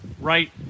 Right